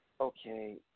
Okay